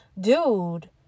dude